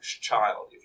child